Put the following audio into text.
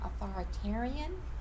authoritarian